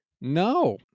no